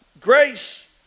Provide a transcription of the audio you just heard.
grace